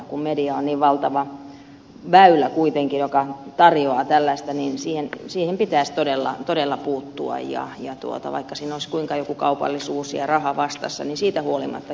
kun media on kuitenkin niin valtava väylä joka tarjoaa tällaista niin siihen pitäisi todella puuttua ja vaikka siinä olisi kuinka joku kaupallisuus ja raha vastassa siitä huolimattakin nousta barrikadeille